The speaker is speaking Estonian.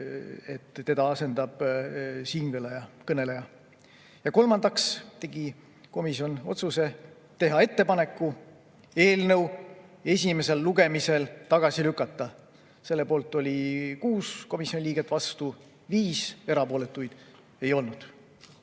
et teda asendab siinkõneleja. Ja kolmandaks tegi komisjon otsuse teha ettepanek eelnõu esimesel lugemisel tagasi lükata. Selle poolt oli 6 komisjoni liiget, vastu 5, erapooletuid ei olnud.